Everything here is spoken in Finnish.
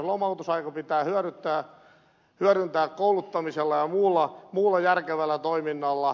lomautusaika pitää hyödyntää kouluttamisella ja muulla järkevällä toiminnalla